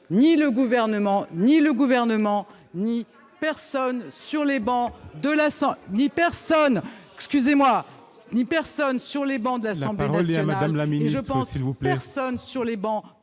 ! Je pense que ni le Gouvernement ni personne sur les bancs de l'Assemblée nationale